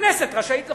הכנסת רשאית לחוקק,